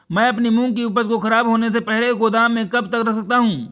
मैं अपनी मूंग की उपज को ख़राब होने से पहले गोदाम में कब तक रख सकता हूँ?